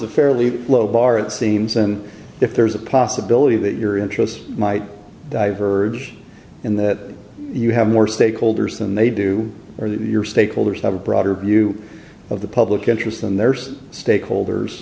a fairly low bar it seems and if there's a possibility that your interests might diverged in that you have more stakeholders than they do or that your stakeholders have a broader view of the public interest than there's stakeholders